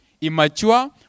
immature